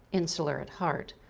insular at heart,